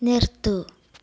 നിർത്തൂ